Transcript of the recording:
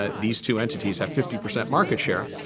ah these two entities have fifty percent market share.